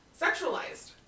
sexualized